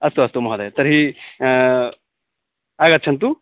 अस्तु अस्तु महोदयः तर्हि आगच्छन्तु